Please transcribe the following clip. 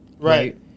right